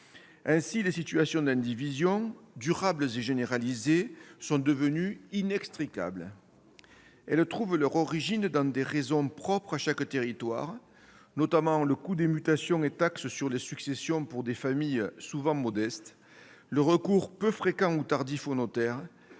Les situations d'indivision, durables et généralisées, sont devenues inextricables ! Elles trouvent leur origine dans des facteurs propres à chaque territoire, notamment le coût des mutations et des taxes sur les successions pour des familles souvent modestes, le recours peu fréquent, ou tardif, aux notaires,